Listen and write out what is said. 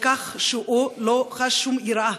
על כך שהוא לא חש שום יראה,